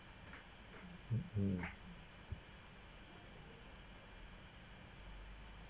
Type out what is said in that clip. mm mm